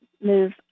move